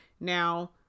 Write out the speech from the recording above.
Now